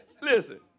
listen